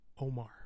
Omar